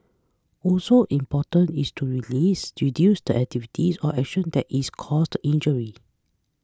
also important is to release reduce the activities or action that is causing the injury